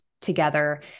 together